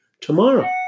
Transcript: tomorrow